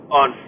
on